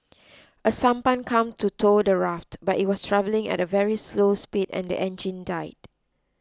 a sampan came to tow the raft but it was travelling at a very slow speed and the engine died